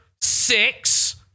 six